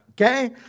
Okay